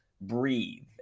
breathe